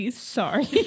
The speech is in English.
Sorry